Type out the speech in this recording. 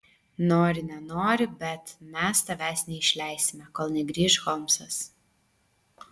nori nenori bet mes tavęs neišleisime kol negrįš holmsas